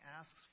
asks